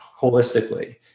holistically